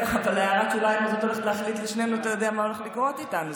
הערת השוליים הזאת הולכת להחליט לשנינו מה הולך לקרות איתנו,